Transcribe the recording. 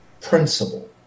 principle